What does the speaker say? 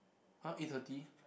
!huh! eight thirty